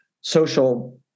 social